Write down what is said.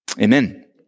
Amen